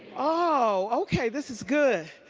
oh, okay. this is good.